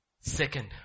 Second